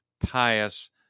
pious